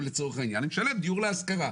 דיור להשכרה.